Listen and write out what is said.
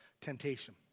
temptation